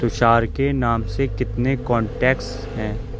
تشار کے نام سے کتنے کونٹیکٹس ہیں